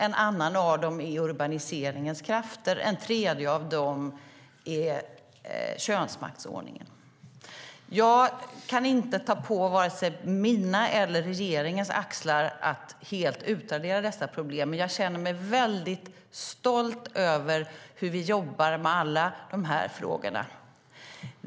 En annan är urbaniseringens krafter, och en tredje är könsmaktsordningen. Jag kan inte ta på vare sig mina eller regeringens axlar att helt utradera dessa problem. Men jag känner mig stolt över hur vi jobbar med alla dessa frågor.